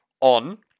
on